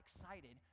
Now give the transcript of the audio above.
excited